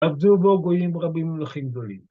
עבדו בו גויים רבים ומלכים גדולים.